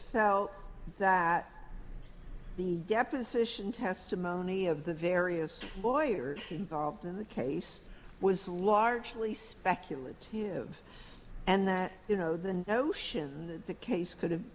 how that the deposition testimony of the various lawyers involved in the case was largely speculative and that you know the notion that the case could